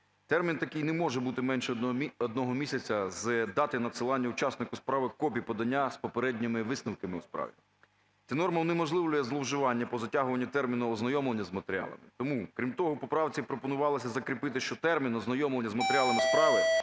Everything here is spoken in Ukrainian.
Термін такий не може бути менше 1 місяця з дати надсилання учаснику справи копій подання з попередніми висновками у справі. Ця норма унеможливлює зловживання по затягуванню терміну ознайомлення з матеріалами. Тому крім того, в поправці пропонувалося закріпити, що термін ознайомлення з матеріалами справи